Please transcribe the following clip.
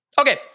Okay